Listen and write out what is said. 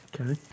Okay